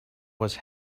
was